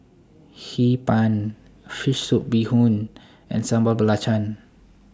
Hee Pan Fish Soup Bee Hoon and Sambal Belacan